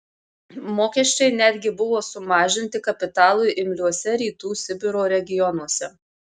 mokesčiai netgi buvo sumažinti kapitalui imliuose rytų sibiro regionuose